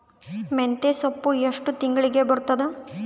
ಮೆಂತ್ಯ ಸೊಪ್ಪು ಎಷ್ಟು ತಿಂಗಳಿಗೆ ಬರುತ್ತದ?